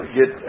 get